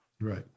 Right